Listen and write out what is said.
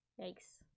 yikes